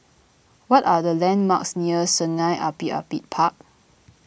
what are the landmarks near Sungei Api Api Park